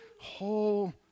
whole